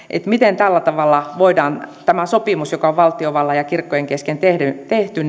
miten tällä tavalla näin yksipuolisesti voidaan lähteä purkamaan tämä sopimus joka on valtiovallan ja kirkkojen kesken tehty